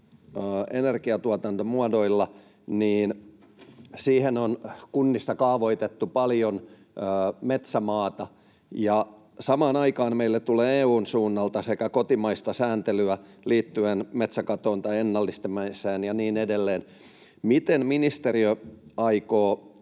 energiantuotantomuodoilla, niin siihen on kunnissa kaavoitettu paljon metsämaata, ja samaan aikaan meille tulee sekä EU:n suunnalta että kotimaasta sääntelyä liittyen metsäkatoon tai ennallistamiseen ja niin edelleen. Miten ministeriö aikoo